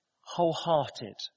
wholehearted